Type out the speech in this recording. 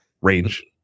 range